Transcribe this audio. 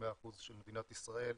ב-100% בעלות של מדינת ישראל.